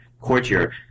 courtier